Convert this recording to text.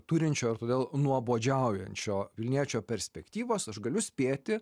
turinčio ir todėl nuobodžiaujančio vilniečio perspektyvos aš galiu spėti